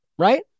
Right